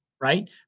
Right